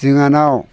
जोंहानाव